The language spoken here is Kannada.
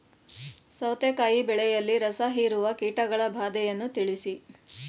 ಸೌತೆಕಾಯಿ ಬೆಳೆಯಲ್ಲಿ ರಸಹೀರುವ ಕೀಟಗಳ ಬಾಧೆಯನ್ನು ತಿಳಿಸಿ?